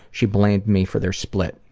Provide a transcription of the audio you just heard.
she blamed me for their split.